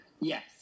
yes